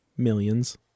Millions